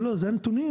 לא, אלה הנתונים.